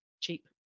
cheap